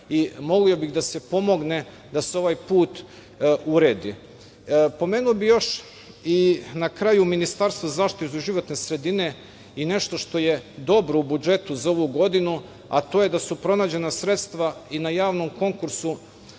i molio bih da se pomogne, da se ovaj put uredi. Pomenuo bih još na kraju Ministarstvo zaštite životne sredine, i nešto što je dobro u budžetu za ovu godinu, a to je da su pronađena sredstva i na javnom konkursu